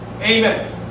Amen